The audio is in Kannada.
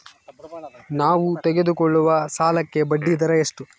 ನಾವು ತೆಗೆದುಕೊಳ್ಳುವ ಸಾಲಕ್ಕೆ ಬಡ್ಡಿದರ ಎಷ್ಟು?